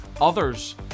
others